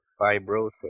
fibrosis